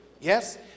Yes